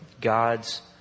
God's